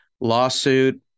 lawsuit